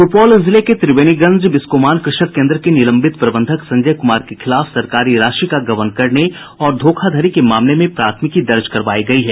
सुपौल जिले के त्रिवेणीगंज बिस्कोमान कृषक केन्द्र के निलंबित प्रबंधक संजय कुमार के खिलाफ सरकारी राशि का गबन करने और धोखाधड़ी के मामले में प्राथमिकी दर्ज करवायी गयी है